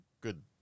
good